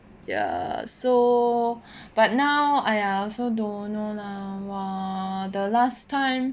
ya so but now !aiya! I also don't know lah !wah! the last time